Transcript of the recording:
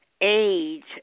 age